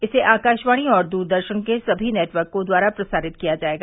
इसे आकाशवाणी और दूरदर्शन के सभी नेटवर्क द्वारा प्रसारित किया जायेगा